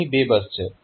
તો અહીં બે બસ છે